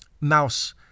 mouse